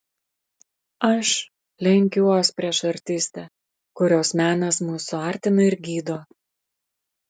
aš lenkiuos prieš artistę kurios menas mus suartina ir gydo